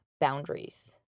boundaries